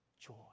joy